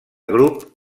grup